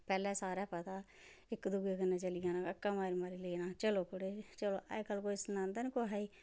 पैह्लै सारा पता हा इक दुऐ कन्नै चली जाना हक्कां मारी मारी लेना चलो कुड़े चलो अजकल कोई सनांदा नी कुसेई